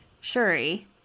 Shuri